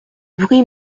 bruits